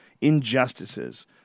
injustices